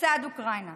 לצד אוקראינה.